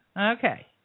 Okay